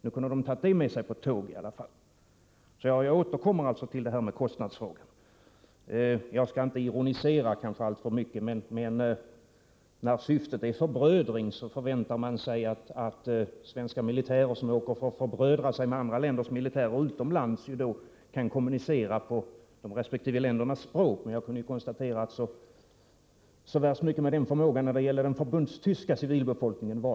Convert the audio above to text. Nog kunde de ha tagit den med sig på tåg. Jag återkommer alltså till kostnadsfrågan. Jag skall inte ironisera alltför mycket, men syftet sägs här vara förbrödring — och när svenska militärer skall förbrödra sig med andra länders militärer utomlands förväntar man sig att de kan kommunicera på de resp. ländernas språk. Men jag kunde konstatera att det inte var så värst mycket bevänt med den förmågan när det gällde att kommunicera med den förbundstyska befolkningen.